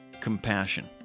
compassion